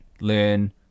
learn